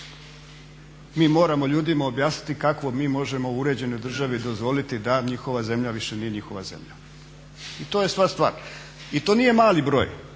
Mi moramo ljudima objasniti kako mi možemo u uređenoj državi dozvoliti da njihova zemlja više nije njihova zemlja i to je sva stvar. I to nije mali broj,